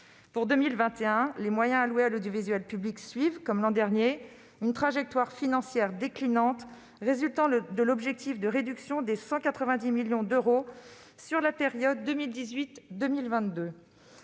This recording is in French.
Pour 2021, les moyens alloués à l'audiovisuel public suivent, comme l'an dernier, une trajectoire financière déclinante, résultant de l'objectif de réduction de 190 millions d'euros sur la période 2018-2022.